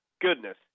goodness